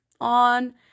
on